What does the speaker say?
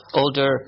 older